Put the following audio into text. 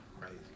Crazy